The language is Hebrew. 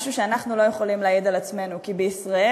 משהו שאנחנו לא יכולים להעיד על עצמנו, כי בישראל,